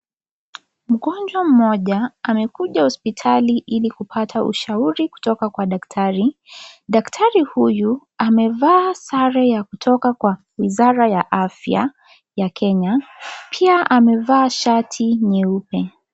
Mgonjwa mmoja amekuja hospitali ili kupata ushauri kutoka kwa daktari, daktari huyu amevaa sare ya kutoka kwa wizara ya afya ya Kenya pia amevaa shati nyeupe.